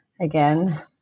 Again